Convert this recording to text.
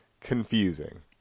confusing